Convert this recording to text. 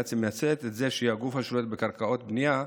בעצם מנצלת את זה שהיא הגוף השולט בקרקעות בנייה,